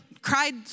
cried